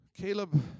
Caleb